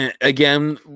again